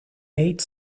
eight